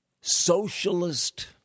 socialist